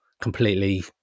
completely